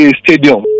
stadium